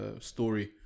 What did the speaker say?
story